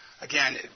again